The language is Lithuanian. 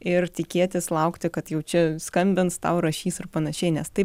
ir tikėtis laukti kad jau čia skambins tau rašys ir panašiai nes taip